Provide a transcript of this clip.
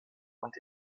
und